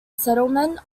settlement